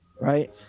right